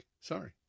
Sorry